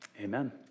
amen